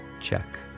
Check